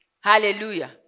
Hallelujah